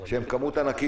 שזה מספר ענק,